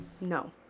No